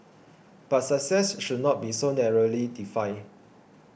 but success should not be so narrowly defined